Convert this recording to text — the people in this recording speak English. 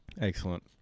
Excellent